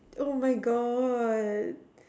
oh my God